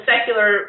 secular